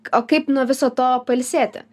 o kaip nuo viso to pailsėti